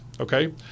Okay